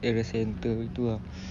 area centre gitu ah